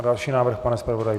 A další návrh, pane zpravodaji.